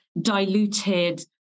diluted